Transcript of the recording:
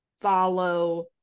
follow